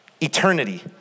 eternity